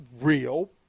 real